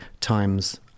times